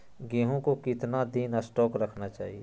गेंहू को कितना दिन स्टोक रखना चाइए?